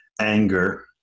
anger